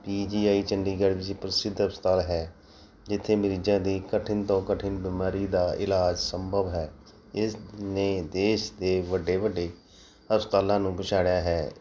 P G I Chandigarh ਦੀ ਪ੍ਰਸਿੱਧ ਹਸਪਤਾਲ ਹੈ ਜਿੱਥੇ ਮਰੀਜ਼ਾਂ ਦੀ ਕਠਿਨ ਤੋਂ ਕਠਿਨ ਬਿਮਾਰੀ ਦਾ ਇਲਾਜ ਸੰਭਵ ਹੈ ਇਸ ਨੇ ਦੇਸ਼ ਦੇ ਵੱਡੇ ਵੱਡੇ ਹਸਪਤਾਲਾਂ ਨੂੰ ਪਛਾੜਿਆ ਹੈ